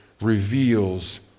reveals